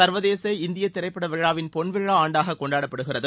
சர்வதேச இந்திய திரைப்பட விழாவின் பொன்விழா ஆண்டாக கொண்டாடப்படுகிறது